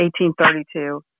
1832